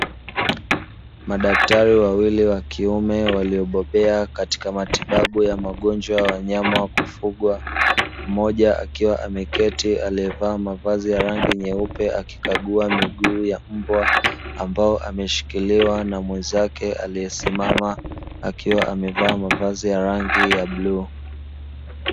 Madaktari wawili wa kiume waliobobea katika matibabu ya magonjwa ya wanyama wa kufugwa, mmoja akiwa ameketi aliyevaa mavazi ya rangi nyeupe, akikagua miguu ya mbwa ambao ameshikiliwa na mwenzake aliyesimama akiwa amevaa mavazi ya rangi ya blue.